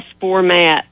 format